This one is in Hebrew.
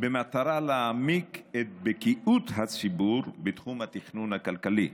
במטרה להעמיק את בקיאות הציבור בתחום התכנון הכלכלי,